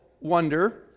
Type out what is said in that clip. wonder